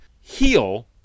heal